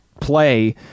play